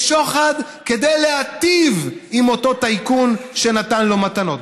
שוחד כדי להיטיב עם אותו טייקון שנתן לו את המתנות.